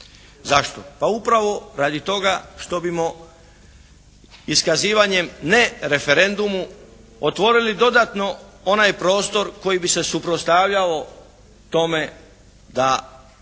Zašto? Pa upravo radi toga što bi iskazivanjem ne referendumu otvorili dodatno onaj prostor koji bi se suprotstavljao tome da